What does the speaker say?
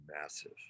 massive